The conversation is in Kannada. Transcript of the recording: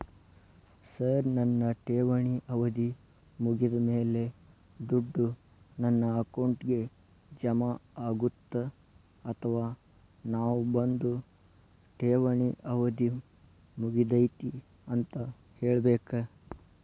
ಸರ್ ನನ್ನ ಠೇವಣಿ ಅವಧಿ ಮುಗಿದಮೇಲೆ, ದುಡ್ಡು ನನ್ನ ಅಕೌಂಟ್ಗೆ ಜಮಾ ಆಗುತ್ತ ಅಥವಾ ನಾವ್ ಬಂದು ಠೇವಣಿ ಅವಧಿ ಮುಗದೈತಿ ಅಂತ ಹೇಳಬೇಕ?